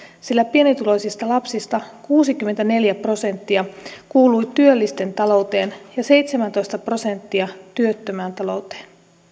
sillä pienituloisten lapsista kuusikymmentäneljä prosenttia kuului työllisten talouteen ja seitsemäntoista prosenttia työttömään talouteen